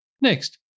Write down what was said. Next